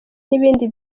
n’ibindi